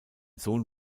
sohn